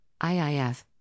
IIF